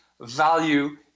value